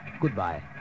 goodbye